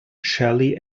shelly